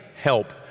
help